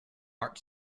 heart